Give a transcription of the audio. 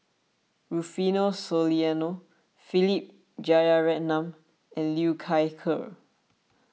Rufino Soliano Philip Jeyaretnam and Liu Thai Ker